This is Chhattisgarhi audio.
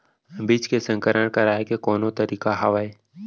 बीज के संकर कराय के कोनो तरीका हावय?